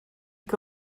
que